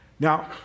Now